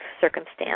circumstance